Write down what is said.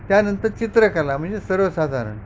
त्यानंतर चित्रकला म्हणजे सर्वसाधारण